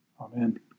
Amen